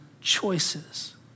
choices